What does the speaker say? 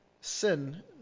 sin